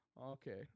Okay